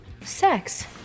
Sex